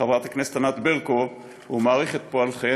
חברת הכנסת ענת ברקו, ואני מעריך את פועלכן.